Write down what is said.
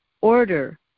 order